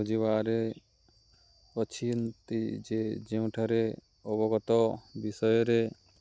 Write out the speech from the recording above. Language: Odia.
ଅବଗତ ଅଛନ୍ତି ଯେ ଯେଉଁଠାରେ ଅବଗତ ବିଷୟରେ